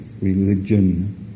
religion